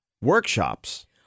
workshops